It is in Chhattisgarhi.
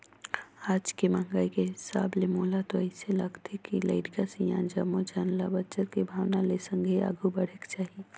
आज के महंगाई के हिसाब ले मोला तो अइसे लागथे के लरिका, सियान जम्मो झन ल बचत के भावना ले संघे आघु बढ़ेक चाही